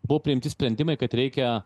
buvo priimti sprendimai kad reikia